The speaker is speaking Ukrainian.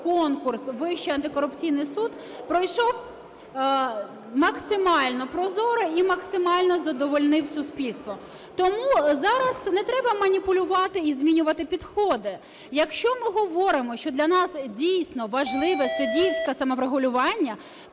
конкурс в Вищий антикорупційний суд пройшов максимально прозоро і максимально задовольнив суспільство. Тому зараз не треба маніпулювати і змінювати підходи. Якщо ми говоримо, що для нас, дійсно, важливе суддівське саморегулювання,